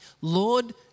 Lord